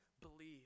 believe